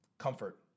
comfort